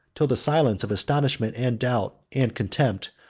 till the silence of astonishment, and doubt, and contempt,